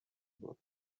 بود